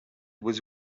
was